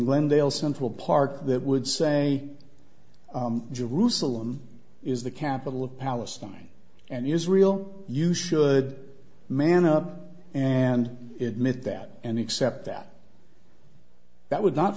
glendale central park that would say jerusalem is the capital of palestine and israel you should man up and admit that and accept that that would not